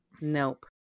nope